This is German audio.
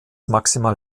maximal